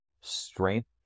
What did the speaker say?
strength